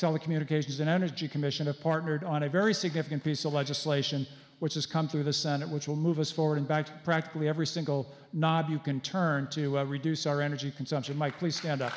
telecommunications and energy commission a partnered on a very significant piece of legislation which has come through the senate which will move us forward and back to practically every single knob you can turn to reduce our energy consumption